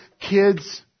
kids